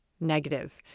negative